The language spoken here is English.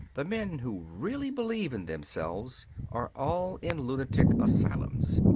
the men who really believe in themselves are all in lunatic asylums.